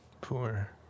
poor